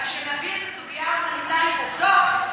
אבל כשנביא את הסוגיה ההומניטרית הזאת,